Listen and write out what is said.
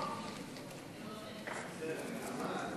אדוני היושב-ראש,